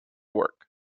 work